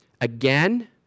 Again